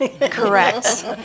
Correct